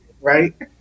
right